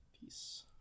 Peace